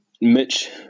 Mitch